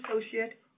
associate